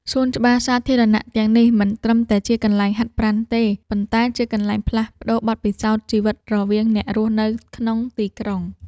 សួនច្បារសាធារណៈទាំងនេះមិនត្រឹមតែជាកន្លែងហាត់ប្រាណទេ ប៉ុន្តែជាកន្លែងផ្លាស់ប្តូរបទពិសោធន៍ជីវិតរវាងអ្នករស់នៅក្នុងទីក្រុង។